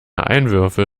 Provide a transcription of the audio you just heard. einwürfe